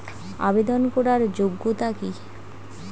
আবেদন করার যোগ্যতা কি?